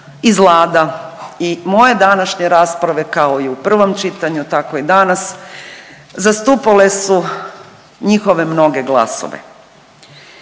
iz Lada i moje današnje rasprave kao i u prvom čitanju tako i danas zastupale su njihove mnoge glasove.